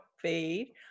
feed